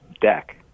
deck